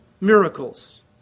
miracles